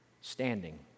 standing